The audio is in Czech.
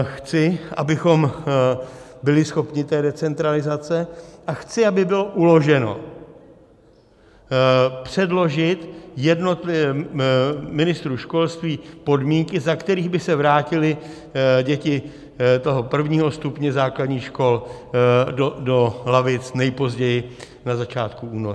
Chci, abychom byli schopni decentralizace, a chci, aby bylo uloženo předložit jednotlivě ministru školství podmínky, za kterých by se vrátily děti prvního stupně základních škol do lavic nejpozději na začátku února.